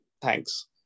Thanks